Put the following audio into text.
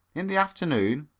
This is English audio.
in the afternoon?